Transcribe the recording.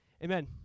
Amen